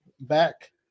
back